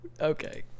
okay